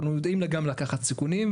אנחנו יודעים גם לקחת סיכונים,